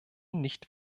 nicht